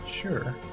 Sure